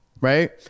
right